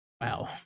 Wow